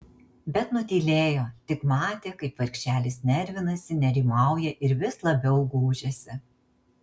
bet nutylėjo tik matė kaip vargšelis nervinasi nerimauja ir vis labiau gūžiasi